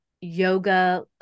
Yoga